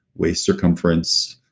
waist circumference,